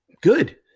Good